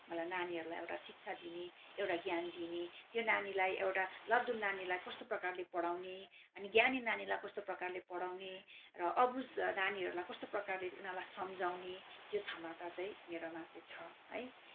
मलाई नानीहरूलाई एउटा शिक्षा दिने एउटा ज्ञान दिने त्यो नानीलाई एउटा लद्दु नानीलाई कस्तो प्रकारले पढाउने अनि ज्ञानी नानीलाई कस्तो प्रकारले पढाउने र अबुझ नानीहरूलाई कस्तो प्रकारले उनीहरूलाई सम्झाउने त्यो क्षमता चाहिँ मेरोमा चाहिँ छ है